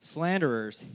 Slanderers